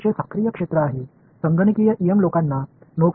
எனவே இது ஆராய்ச்சியின் மிகவும் சுறுசுறுப்பான பகுதி